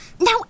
Now